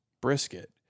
brisket